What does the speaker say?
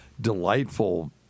delightful